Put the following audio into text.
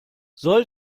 soll